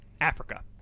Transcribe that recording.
Africa